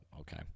okay